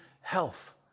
health